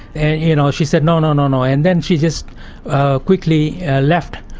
and you know she said, no, no, no no and then she just quickly left.